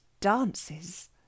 dances